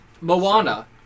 Moana